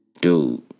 dude